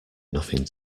nothing